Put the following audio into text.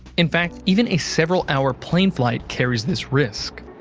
in fact, even a several hour plane flight carries this risk.